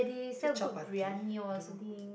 is it chapati I don't know